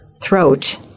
throat